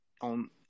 on